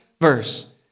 verse